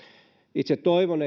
itse toivon